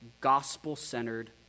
gospel-centered